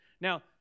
Now